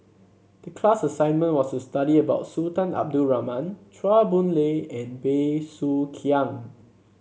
the class assignment was to study about Sultan Abdul Rahman Chua Boon Lay and Bey Soo Khiang